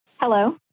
Hello